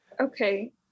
Okay